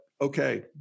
okay